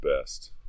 best